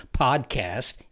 podcast